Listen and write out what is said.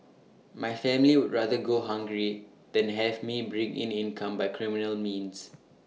my family would rather go hungry than have me bring in income by criminal means